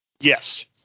Yes